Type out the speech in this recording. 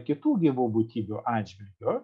kitų gyvų būtybių atžvilgiu